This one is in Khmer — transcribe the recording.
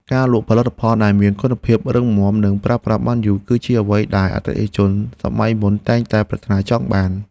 ការលក់ផលិតផលដែលមានគុណភាពរឹងមាំនិងប្រើប្រាស់បានយូរ គឺជាអ្វីដែលអតិថិជនសម័យមុនតែងតែប្រាថ្នាចង់បាន។